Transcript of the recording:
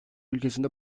ülkesinde